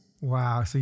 Wow